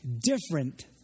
different